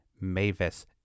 Mavis